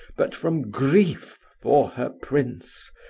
but from grief for her prince.